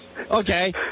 Okay